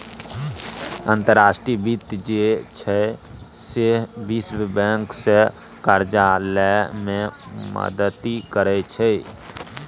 अंतर्राष्ट्रीय वित्त जे छै सैह विश्व बैंकसँ करजा लए मे मदति करैत छै